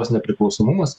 jos nepriklausomumas